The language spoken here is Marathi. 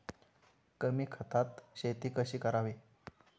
कमी खतात शेती कशी करावी?